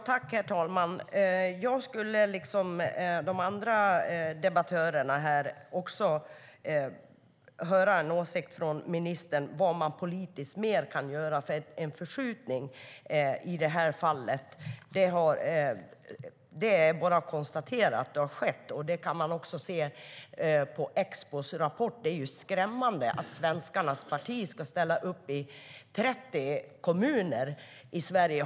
Herr talman! Jag skulle liksom de andra debattörerna vilja höra en åsikt från ministern om vad man politiskt mer kan göra. Det är bara att konstatera att det har skett en förskjutning i det här fallet. Det kan man också se i Expos rapport. Det är skrämmande att Svenskarnas parti ska ställa upp i 30 kommuner i Sverige.